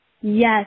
Yes